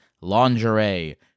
lingerie